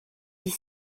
dix